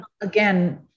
again